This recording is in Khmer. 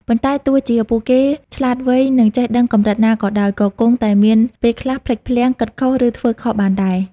ប៉ុន្តែទោះជាពួកគេឆ្លាតវៃ និងចេះដឹងកម្រិតណាក៏ដោយ ក៏គង់តែមានពេលខ្លះភ្លេចភ្លាំង គិតខុស ឬធ្វើខុសបានដែរ។